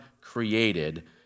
created